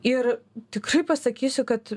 ir tikrai pasakysiu kad